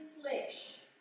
flesh